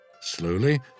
Slowly